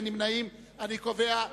קבוצת סיעת האיחוד הלאומי,